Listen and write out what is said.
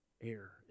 air